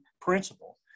principle